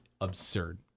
absurd